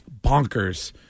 bonkers